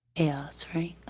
as